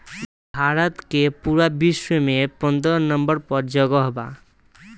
भारत के पूरा विश्व में पन्द्रह नंबर पर जगह बा